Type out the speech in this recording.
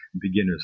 beginner's